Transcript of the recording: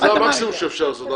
זה המקסימום שאפשר לעשות,